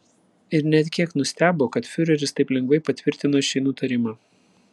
ir net kiek nustebo kad fiureris taip lengvai patvirtino šį nutarimą